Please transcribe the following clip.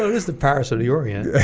is the paris of the orient